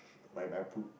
my my poop